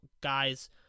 guys